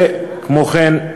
כמו כן,